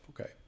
okay